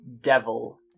devil